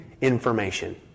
information